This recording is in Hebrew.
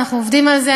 אנחנו עובדים על זה,